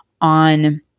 on